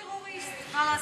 הוא טרוריסט, מה לעשות.